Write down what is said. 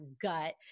gut